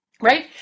right